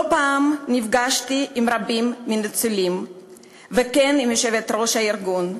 לא פעם נפגשתי עם רבים מהניצולים וכן עם יושבת-ראש הארגון.